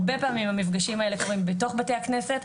הרבה פעמים המפגשים האלה קורים בתוך בתי הכנסת,